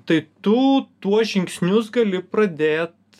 tai tu tuos žingsnius gali pradėt